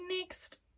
next